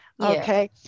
okay